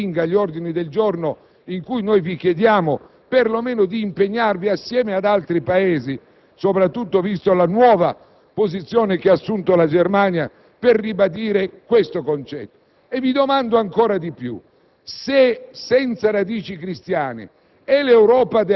non possiamo accettare che il Governo respinga gli ordini del giorno in cui vi chiediamo, perlomeno, di impegnarvi insieme ad altri Paesi, soprattutto vista la nuova posizione che ha assunto la Germania, per ribadire questo concetto. Mi domando ancora di più